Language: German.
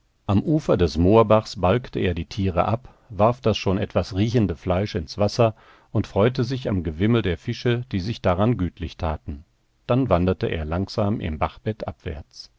am ufer des moorbachs balgte er die tiere ab warf das schon etwas riechende fleisch ins wasser und freute sich am gewimmel der fische die sich daran gütlich taten dann wanderte er langsam im bachbett abwärts